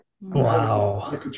Wow